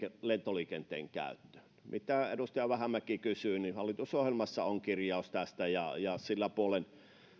lentoliikenteen käyttöön mitä edustaja vähämäki kysyi niin hallitusohjelmassa on kirjaus tästä ja ja sillä puolen